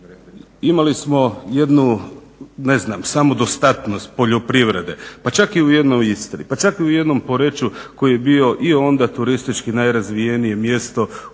Imali smo jednu ne znam samodostatnost poljoprivrede pa čak i u jednoj Istri, pa čak i u jednom Poreču koji je bio i onda turistički najrazvijenije mjesto u